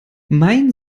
mein